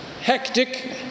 hectic